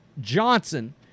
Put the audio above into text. Johnson